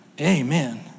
Amen